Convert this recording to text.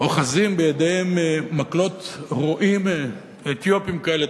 אוחזים בידיהם מקלות רועים אתיופיים כאלה,